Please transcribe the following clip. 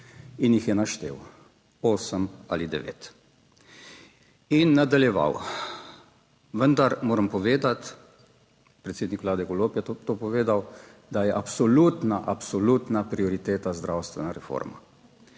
in jih je naštel osem ali devet. In nadaljeval: vendar moram povedati, predsednik Vlade Golob je to povedal, da je absolutno, absolutna prioriteta zdravstvena reforma.